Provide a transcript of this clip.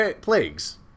plagues